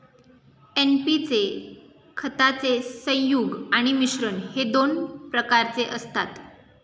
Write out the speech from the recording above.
NP चे खताचे संयुग आणि मिश्रण हे दोन प्रकारचे असतात